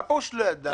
מה הפירוש לא ידענו?